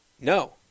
No